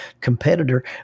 competitor